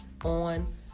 on